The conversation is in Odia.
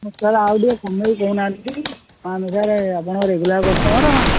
ସାର୍ ଆଉ ଟିକେ କମାଇ କି କହୁ ନାହାଁନ୍ତି ଆମେ ସାର୍ ଆପଣଙ୍କର ରେଗୁଲାର କଷ୍ଟମର